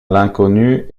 l’inconnu